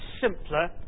simpler